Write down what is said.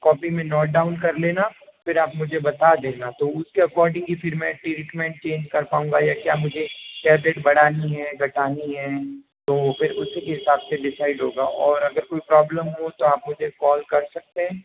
copy में note down कर लेना फिर आप मुझे बता देना तो उसके अकॉर्डिंग ही फिर मैं ट्रीटमेंट चेंज कर पाऊंगा या क्या मुझे टेबलेट बढ़ानी है या घटानी है तो फिर उसी के हिसाब से डिसाइड होगा और अगर कुछ प्रॉब्लम हो तो आप मुझे कॉल कर सकते हैं